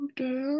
Okay